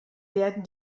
werden